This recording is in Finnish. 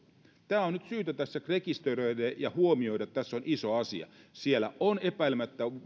tämä on nyt syytä tässä rekisteröidä ja huomioida että tässä on iso asia siellä on epäilemättä